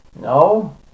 No